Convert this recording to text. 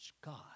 God